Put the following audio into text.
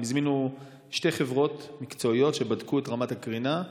הם הזמינו שתי חברות מקצועיות לבדוק את רמת הקרינה,